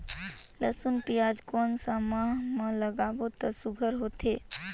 लसुन पियाज कोन सा माह म लागाबो त सुघ्घर होथे?